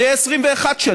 זה יהיה 21 שנים,